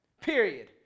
Period